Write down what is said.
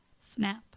snap